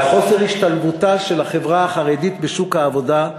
על חוסר השתלבותה של החברה החרדית בשוק העבודה,